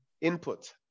input